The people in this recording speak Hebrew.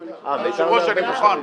היושב-ראש, אני מוכן.